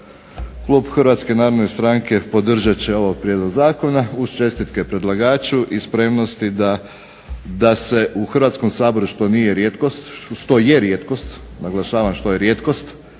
klub Hrvatske narodne stranke podržat će ovaj prijedlog zakona, uz čestitke predlagaču i spremnosti da se u Hrvatskom saboru što je rijetkost, naglašavam što je rijetkost,